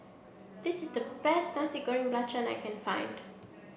this is the best Nasi Goreng Belacan that I can find